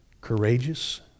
Courageous